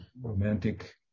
romantic